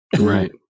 Right